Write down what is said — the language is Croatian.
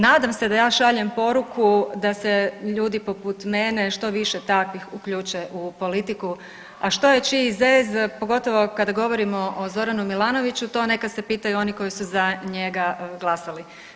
Nadam se da ja šaljem poruku da se ljudi poput mene, što više takvih uključe u politiku, a što je čiji zez, pogotovo kada govorimo o Zoranu Milanoviću, to neka se pitaju oni koji su za njega glasali.